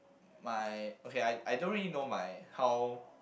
my okay I I don't really know my how